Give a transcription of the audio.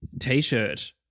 T-shirt